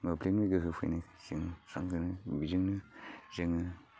मोब्लिबनि गोहो फैनायखाय जोङो सामफ्रोमबो बिजोंनो जोङो